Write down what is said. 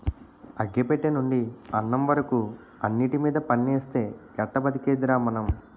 అగ్గి పెట్టెనుండి అన్నం వరకు అన్నిటిమీద పన్నేస్తే ఎట్టా బతికేదిరా మనం?